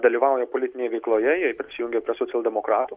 dalyvauja politinėj veikloje jie prisijungė prie socialdemokratų